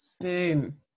Boom